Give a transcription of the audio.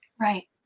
Right